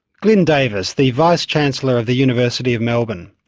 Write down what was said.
glyn davis, the vice-chancellor of the university of melbourne.